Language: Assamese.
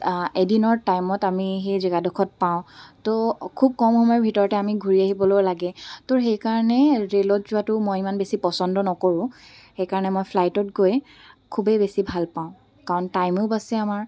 এদিনৰ টাইমত আমি সেই জেগাডোখৰত পাওঁ তো খুব কম সময়ৰ ভিতৰতে আমি ঘূৰি আহিবলৈও লাগে তো সেইকাৰণে ৰে'লত যোৱাটো মই ইমান বেছি পচন্দ নকৰোঁ সেইকাৰণে মই ফ্লাইটত গৈ খুবেই বেছি ভালপাওঁ কাৰণ টাইমো বাচে আমাৰ